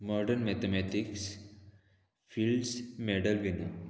modern mathematics Fields medal विनो